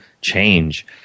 change